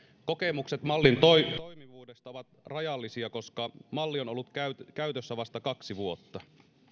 kokemukset mallin toimivuudesta ovat rajallisia koska malli on ollut käytössä käytössä vasta kaksi vuotta